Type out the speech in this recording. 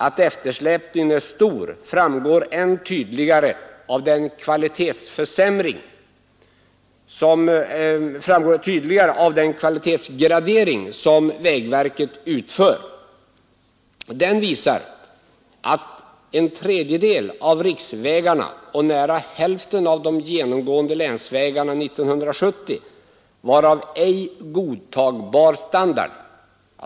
Att eftersläpningen är stor framgår än tydligare av den kvalitetsgradering som vägverket utför. Den visar att en tredjedel av riksvägarna och nära hälften av de genomgående länsvägarna 1970 var av ”ej godtagbar standard”.